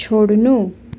छोड्नु